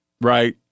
right